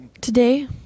today